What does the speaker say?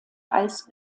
als